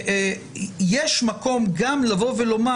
יש מקום גם לומר,